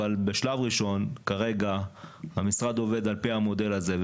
אבל בשלב ראשון כרגע המשרד עובד על פי המודל הזה,